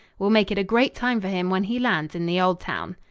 we'll make it a great time for him when he lands in the old town.